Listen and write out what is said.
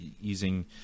using